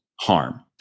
harm